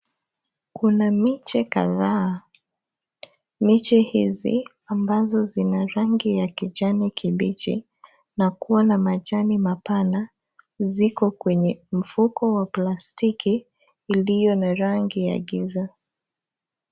Kuna miche kadhaa, miche hizi ambazo zina rangi ya kijani kibichi na kuwa na machani mapana ziko kwenye mfuko wa plastiki iliyo na rangi ya giza.